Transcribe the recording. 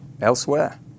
elsewhere